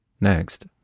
Next